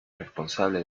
responsable